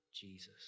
Jesus